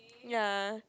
ya